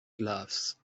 gloves